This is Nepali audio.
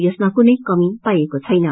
यसमा कुनै मी पाइएको छेन